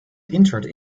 interred